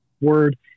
word